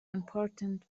important